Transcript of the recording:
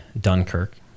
Dunkirk